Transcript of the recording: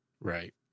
Right